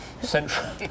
Central